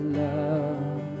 love